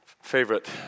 favorite